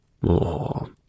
More